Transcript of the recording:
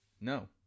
No